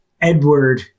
Edward